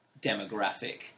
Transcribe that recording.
demographic